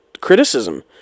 criticism